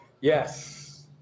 Yes